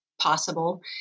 possible